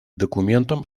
документам